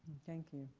thank you.